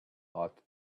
ought